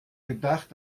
gedacht